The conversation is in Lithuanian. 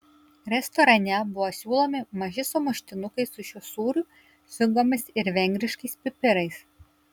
restorane buvo siūlomi maži sumuštinukai su šiuo sūriu figomis ir vengriškais pipirais